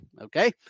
Okay